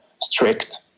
strict